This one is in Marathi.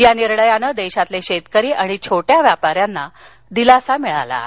या निर्णयानं देशातील शेतकरी आणि छोट्या व्यापाऱ्यांना दिलासा मिळाला आहे